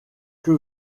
que